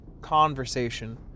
conversation